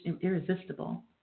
irresistible